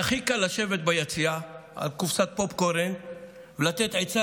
הכי קל לשבת ביציע על קופסת פופקורן ולתת עצה